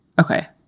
okay